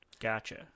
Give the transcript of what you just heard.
Gotcha